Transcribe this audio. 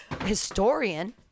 historian